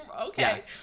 Okay